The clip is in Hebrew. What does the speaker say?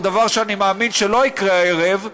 זה דבר שאני מאמין שלא יקרה הערב,